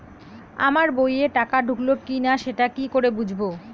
আমার বইয়ে টাকা ঢুকলো কি না সেটা কি করে বুঝবো?